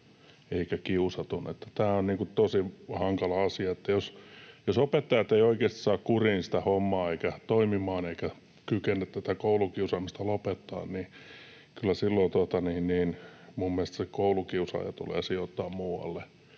tämä on tosi hankala asia. Jos opettajat eivät oikeasti saa kuriin ja toimimaan sitä hommaa eivätkä kykene tätä koulukiusaamista lopettamaan, niin kyllä silloin mielestäni se koulukiusaaja tulee sijoittaa muualle